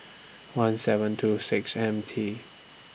one seven two six M T